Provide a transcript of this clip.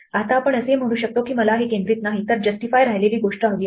आता आपण असेही म्हणू शकतो की मला हे केंद्रात नाही तर justify राहिलेली गोष्ट हवी आहे